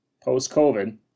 post-COVID